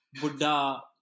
Buddha